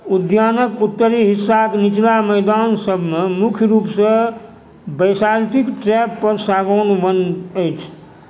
उद्यानक उत्तरी हिस्साक निचला मैदान सबमे मुख्य रूपसँ बैसाल्टिक ट्रैप पर सागौन वन अछि